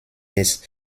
des